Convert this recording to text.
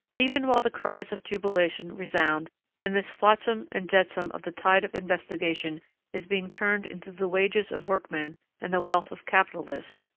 even while the cries of jubilation resound and this floatsam and jetsam of the tide of investigation is being turned into the wages of workmen and the wealth of capitalists,